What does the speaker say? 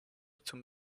zum